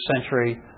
century